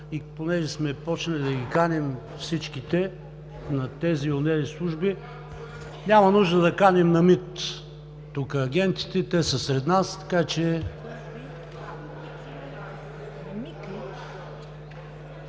Понеже сме почнали да ги каним всичките – на тези и онези служби, няма нужда да каним тук агентите на МИ, те са сред нас, така че…